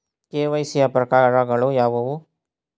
KYC ಯ ಪ್ರಕಾರಗಳು ಯಾವುವು?